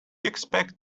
expect